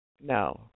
No